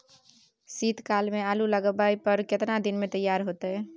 शीत काल में आलू लगाबय पर केतना दीन में तैयार होतै?